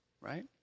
Right